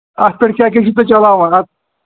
اَتھ پٮ۪ٹھ کیٛاہ کیٛاہ چھُو تُہۍ چَلاوان اَتھ